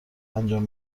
انجام